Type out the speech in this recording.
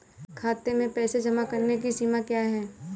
खाते में पैसे जमा करने की सीमा क्या है?